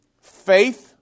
Faith